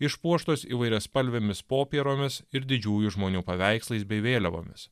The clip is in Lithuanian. išpuoštos įvairiaspalvėmis popieromis ir didžiųjų žmonių paveikslais bei vėliavomis